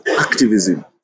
activism